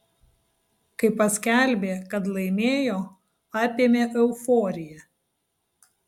kai paskelbė kad laimėjo apėmė euforija